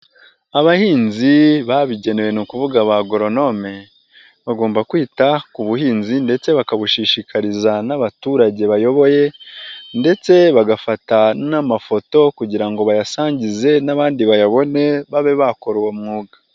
Abahinzi babigenewe ni ukubuga ba goronome, bagomba kwita ku buhinzi ndetse bakabushishikariza n'abaturage bayoboye ndetse bagafata n'amafoto kugira ngo bayasangize n'abandi bayabone babe bakora uwo mwuga.